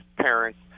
parents